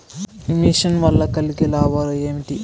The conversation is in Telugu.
ఈ మిషన్ వల్ల కలిగే లాభాలు ఏమిటి?